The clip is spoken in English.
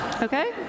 Okay